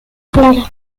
clara